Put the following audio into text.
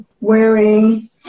wearing